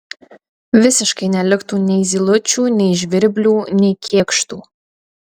visiškai neliktų nei zylučių nei žvirblių nei kėkštų